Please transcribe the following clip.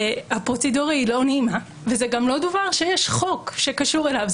הפרוצדורה היא לא נעימה וזה גם לא דבר שיש חוק שקשור אליו,